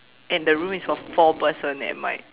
and the room is for four person eh mate